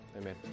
Amen